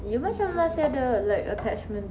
you macam masih ada like attachment to him